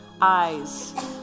Eyes